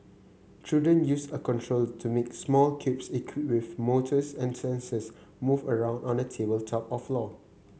children use a controller to make small cubes equipped with motors and sensors move around on a tabletop or floor